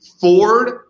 Ford